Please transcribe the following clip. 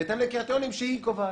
בהתאם לקריטריונים שהיא קובעת.